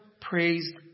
praised